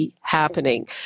happening